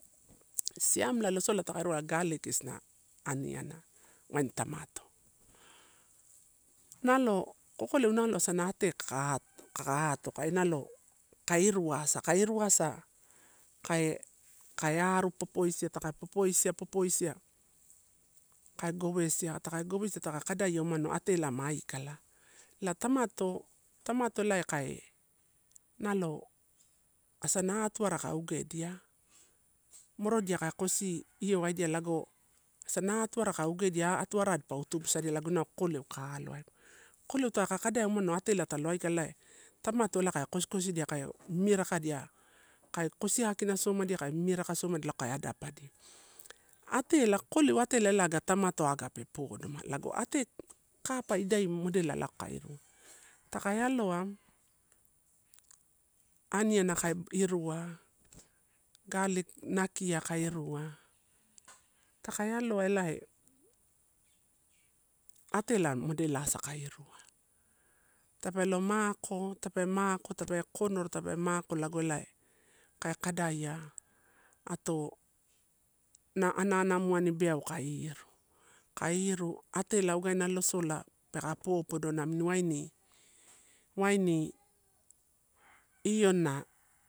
Siamela losola taka irua ela garlic isina aniana, waini tamato. Nalo kokoleu nala esan a ate kaka at, kaka atokaia nalo kai iruasa, kaia iruasa, kai, kai aru popoisiaa, taka popoisia, popoisia kai gowesia taka gowesia taka kadaie umano atela ma aikala. Ela tamato, tamato, ela kai nalo asana atuara ka ogedia. Morodia kai kosi iowaidia lago asana atuara ka ogedia, atuarrei elipa utupisaia. Lago inau kokoleu ka loaegu. Kokoleu taka kadaia atela talo aikala elae tamato ela ka kusikusi elia kou mimirakadia. Kai kosi akinasomaddia kai mimirak somadia laggo kai addapaddia. Atelaa, kokoleu atela aga tamato aga pe podoma lago ate kapa idai modela lago kai irua, taka aloa, aniana kai irua, garlic, nakai kai irua, takae aloa elai atela modelasa kai irua. Tape lo mako, tape mako, tape kokonoro tape mako lago elae kai kadaia, ato nanaanamuanni eau ai iru. Kai ini atela wagana losola peka popodo namuni waini waini ionna.